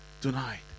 tonight